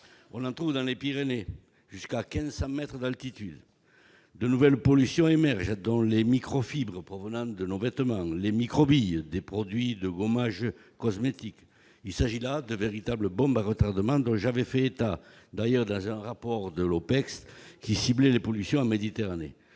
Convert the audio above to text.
On en trouve dans les Pyrénées jusqu'à 1 500 mètres d'altitude. De nouvelles pollutions émergent, dont celle des microfibres provenant de nos vêtements, des microbilles, issus des produits de gommage cosmétique. Il s'agit là de véritables bombes à retardement, dont j'avais fait état d'ailleurs dans un rapport de l'Opecst, qui ciblait les pollutions en Méditerranée.